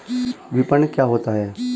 विपणन क्या होता है?